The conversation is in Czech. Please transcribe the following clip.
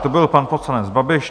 To byl pan poslanec Babiš.